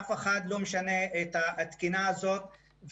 אף אחד לא משנה את התקינה הזאת,